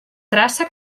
traça